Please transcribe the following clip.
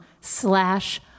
slash